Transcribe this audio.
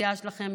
בסיעה שלכם,